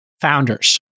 founders